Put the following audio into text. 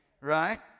right